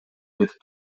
кетип